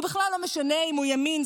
ובכלל לא משנה אם הוא ימין,